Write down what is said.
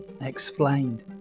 Explained